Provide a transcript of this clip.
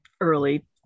early